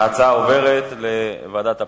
ההצעה עוברת לוועדת הפנים,